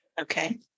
Okay